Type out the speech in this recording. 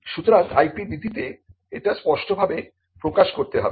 সুতরাং IP নীতিতে এটি স্পষ্ট ভাবে প্রকাশ করতে হবে